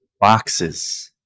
boxes